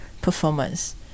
performance